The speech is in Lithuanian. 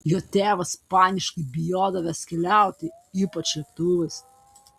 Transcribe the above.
jo tėvas paniškai bijodavęs keliauti ypač lėktuvais